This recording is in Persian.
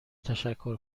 تشکر